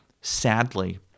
Sadly